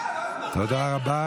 מה, לא הסברת, תודה רבה.